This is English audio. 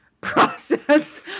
process